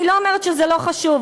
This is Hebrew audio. אני לא אומרת שזה לא חשוב,